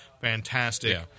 fantastic